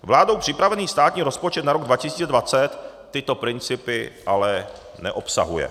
Vládou připravený státní rozpočet na rok 2020 tyto principy ale neobsahuje.